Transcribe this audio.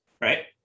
right